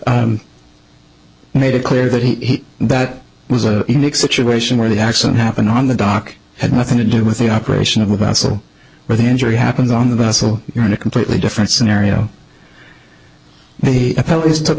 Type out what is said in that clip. life made it clear that he that was a unique situation where the accident happened on the dock had nothing to do with the operation of about so where the injury happened on the vessel you're in a completely different scenario the police took